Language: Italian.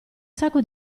sacco